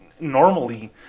normally